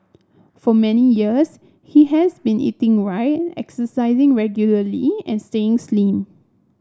for many years he has been eating right exercising regularly and staying slim